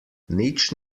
nič